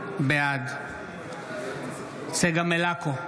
בעד צגה מלקו,